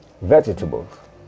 vegetables